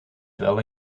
wel